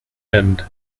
end